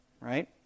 right